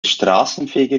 straßenfeger